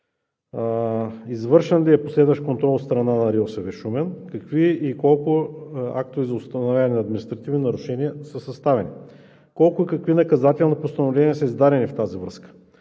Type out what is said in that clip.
Извършен ли е последващ контрол от страна на РИОСВ – Шумен? Какви и колко актове за установяване на административни нарушения са съставени? Колко и какви наказателни постановления са издадени в тази връзка?